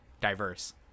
diverse